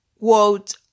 quote